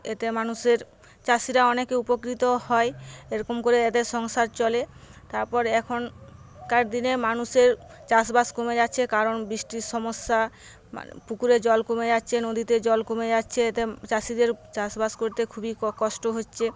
এতে মানুষের চাষিরা অনেকে উপকৃতও হয় এরকম করে এদের সংসার চলে তারপর এখনকার দিনে মানুষের চাষবাস কমে যাচ্ছে কারণ বৃষ্টির সমস্যা পুকুরে জল কমে যাচ্ছে নদীতে জল কমে যাচ্ছে এতে চাষিদের চাষবাস করতে খুবই কষ্ট হচ্ছে